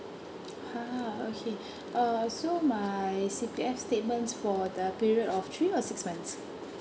!huh! okay err so my C_P_F statements for the period of three or six months